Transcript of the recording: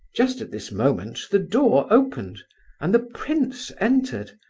just at this moment the door opened and the prince entered,